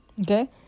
okay